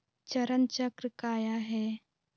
चरण चक्र काया है?